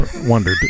wondered